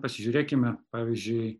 pasižiūrėkime pavyzdžiui